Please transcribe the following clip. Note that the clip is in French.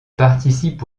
participe